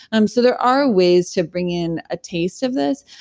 um so there are ways to bring in a taste of this,